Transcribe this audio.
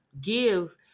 give